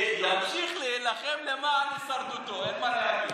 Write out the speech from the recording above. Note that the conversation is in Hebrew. ימשיך להילחם למען הישרדותו, אין מה להגיד,